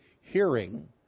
hearing